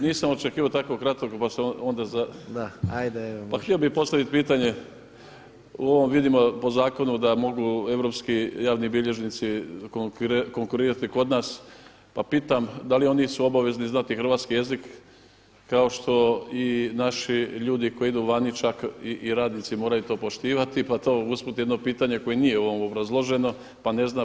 Nisam očekivao tako kratko pa sam onda… pa htio bih postaviti pitanje u ovom vidimo po zakonu da mogu europski javni bilježnici konkurirati kod nas, pa pitam da li su oni obavezni znati hrvatski jezik kao što i naši ljudi koji idu vani čak i radnici moraju to poštivati, pa to usput jedno pitanje koje nije u ovome obrazloženo, pa ne znam.